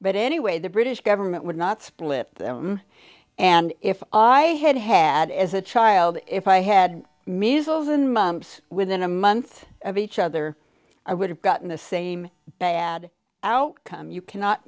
but anyway the british government would not split them and if i had had as a child if i had measles and mumps within a month of each other i would have gotten the same bad outcome you cannot